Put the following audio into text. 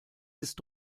ist